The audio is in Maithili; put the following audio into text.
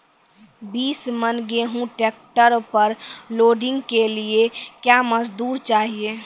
बीस मन गेहूँ ट्रैक्टर पर लोडिंग के लिए क्या मजदूर चाहिए?